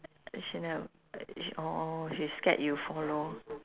she never sh~ orh she scared you follow